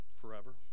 forever